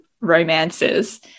romances